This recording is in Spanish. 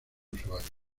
usuario